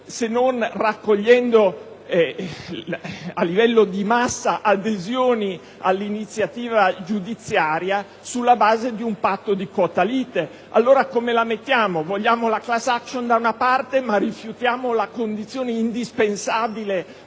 se non raccogliendo adesioni in gran numero all'iniziativa giudiziaria sulla base di un patto di quota lite. Allora come la mettiamo: vogliamo la *class action* da una parte, ma rifiutiamo la condizione indispensabile